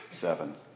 seven